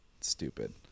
stupid